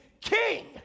king